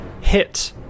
hit